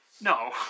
No